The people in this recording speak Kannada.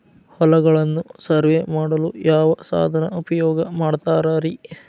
ಹೊಲಗಳನ್ನು ಸರ್ವೇ ಮಾಡಲು ಯಾವ ಸಾಧನ ಉಪಯೋಗ ಮಾಡ್ತಾರ ರಿ?